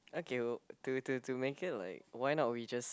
okay well to to to make it like why not we just